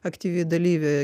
aktyvi dalyvė